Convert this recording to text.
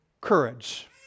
courage